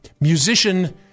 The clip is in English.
musician